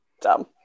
Dumb